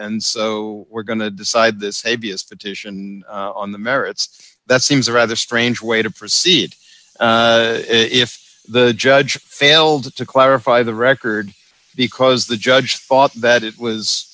and so we're going to decide this a b s petition on the merits that seems a rather strange way to proceed if the judge failed to clarify the record because the judge thought that it was